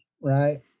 Right